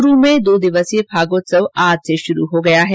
चूरू में दो दिवसीय फागोत्सव आज से शुरू हो गया है